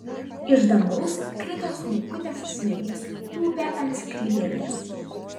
iš dangaus krito smulkutės snaigės tūpė ant skrybėlės